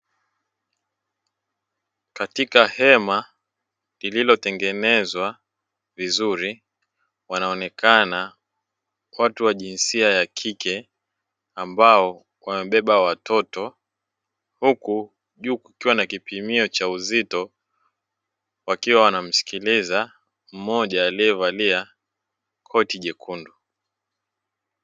Katika hema lililotengenezwa vizuri wanaonekana watu wa jinsia ya kike ambao wamebeba watoto huku juu kukiwa na kipimio cha uzito wakiwa wanamsikiliza mmoja aliyevalia koti jekundu.